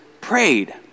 prayed